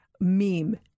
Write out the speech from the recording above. meme